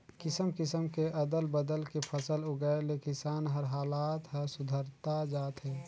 किसम किसम के अदल बदल के फसल उगाए ले किसान कर हालात हर सुधरता जात हे